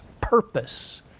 purpose